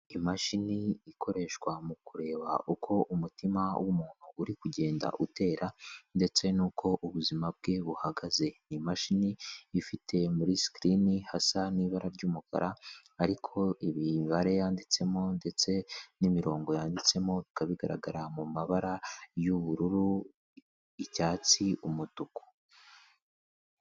Imashini ikoreshwa mu kureba uko umutima w'umuntu uri kugenda utera ndetse n'uko ubuzima bwe buhagaze. Ni imashini ifite muri sikirine hasa n'ibara ry'umukara, ariko imibare yanditsemo ndetse n'imirongo yanditsemo bikaba bigaragara mu mabara y'ubururu, icyatsi, umutuku.